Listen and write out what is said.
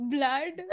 Blood